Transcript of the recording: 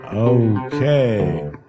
Okay